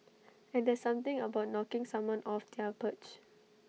and there's something about knocking someone off their perch